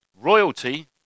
Royalty